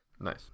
Nice